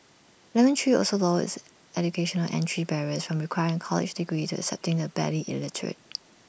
lemon tree also lowered its educational entry barriers from requiring A college degree to accepting the barely literate